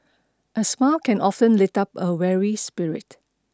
a smile can often lift up a weary spirit